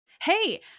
Hey